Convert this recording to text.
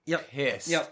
pissed